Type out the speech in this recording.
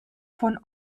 von